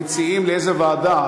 המציעים לאיזו ועדה.